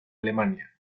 alemania